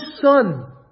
son